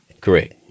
Correct